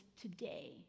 today